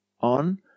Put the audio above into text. on